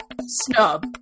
snub